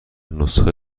نسخه